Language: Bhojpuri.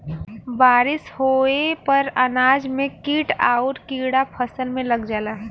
बारिस होये पर अनाज में कीट आउर कीड़ा फसल में लग जाला